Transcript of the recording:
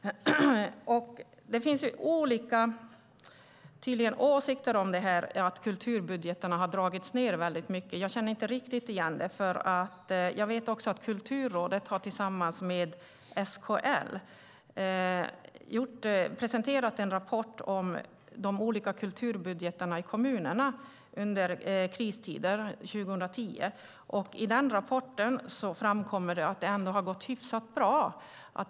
Det finns olika åsikter om neddragningarna i kulturbudgetarna. Jag känner inte riktigt igen dem. Jag vet också att Kulturrådet tillsammans med SKL presenterade en rapport 2010 om de olika kulturbudgetarna i kommunerna under kristider. I den rapporten framkommer det att det ändå har gått hyfsat bra.